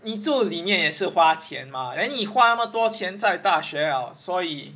你住里面也是要花钱 mah then 你花那么多钱在大学 liao 所以